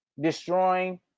destroying